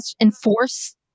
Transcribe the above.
enforce